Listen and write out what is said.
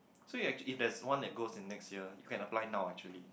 so your if there's one that goes in next year you can apply now actually